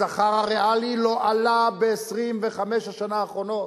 השכר הריאלי לא עלה ב-25 השנה האחרונות.